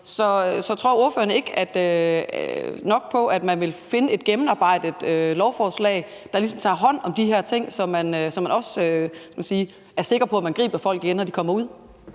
Så tror ordføreren ikke på, at man vil finde ud af et gennemarbejdet lovforslag, der ligesom tager hånd om de her ting, så man er sikker på, at man griber folk igen, når de kommer ud?